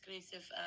exclusive